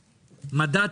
מדע,